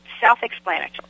self-explanatory